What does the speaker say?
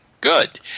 good